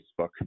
Facebook